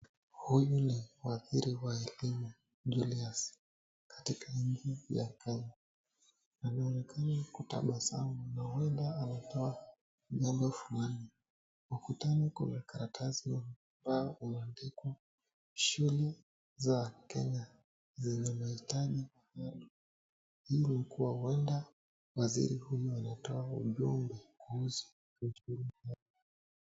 Huyu ni waziri wa elimu Julius. Anaonekana kutabasamu na huenda anatoa jambo fulani. Ukutani kuna karatasi iliyoandikwa shule za Kenya zenye mahitaji muhimu. Hii ni kua huenda waziri huyo anatoa ujumbe kuhusu shule hiyo.